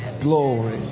glory